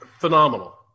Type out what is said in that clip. phenomenal